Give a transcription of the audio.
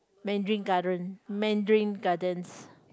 Mandarin Garden Mandarin Gardens